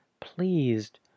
pleased